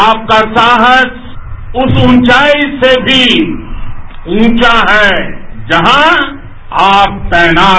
आपका साहस उस कंचाई से भी कंचा है जहां आप तैनात